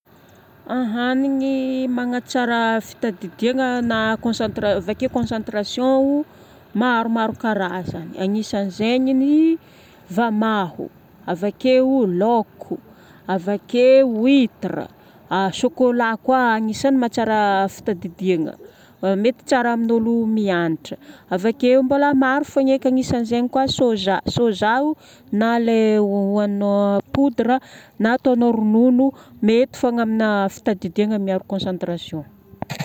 Hanigny magnatsara fitadidiagna na concentra- vake concentration, maromaro karazagna. Agnisan'izegny ny vamaho, avake laoko, vake huitre, ahh chocolat koa agnisany mahatsara fitadidiagna. Mety tsara amin'olo mianatra. Avake mbola maro fôgan eky agnisan'izegny koa soja. Soja na lay hohagninao poudre na ataonao ronono, mety fogna amina fitadidiagna miharo concentration.